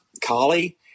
Collie